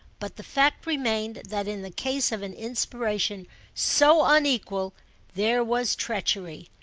but the fact remained that in the case of an inspiration so unequal there was treachery,